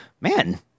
man